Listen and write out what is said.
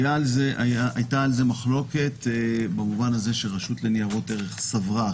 הייתה על זה מחלוקת במובן הזה שהרשות לניירות ערך סברה אחרת.